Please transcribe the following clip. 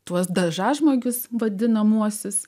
tuos dažažmogius vadinamuosius